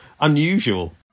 unusual